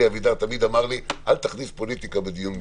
אלי אבידר תמיד אמר לי: "אל תכניס פוליטיקה בדיונים מקצועיים".